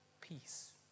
peace